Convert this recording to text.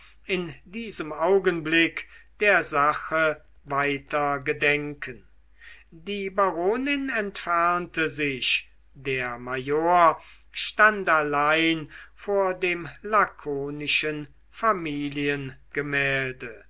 in diesem augenblick der sache weiter gedenken die baronin entfernte sich der major stand allein vor dem lakonischen